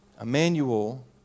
Emmanuel